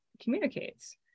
communicates